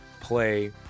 play